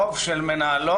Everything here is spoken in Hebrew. רוב של מנהלות,